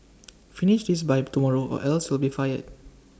finish this by tomorrow or else you'll be fired